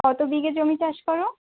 কতো বিঘে জমি চাষ করো